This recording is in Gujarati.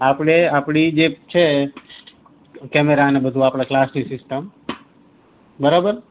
આપણે આપણી જે છે કેમેરાને એ બધું આપણા ક્લાસની સિસ્ટમ બરાબર